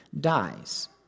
dies